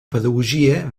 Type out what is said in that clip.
pedagogia